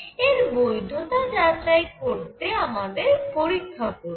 এর বৈধতা যাচাই করতে আমাদের পরীক্ষা করতে হবে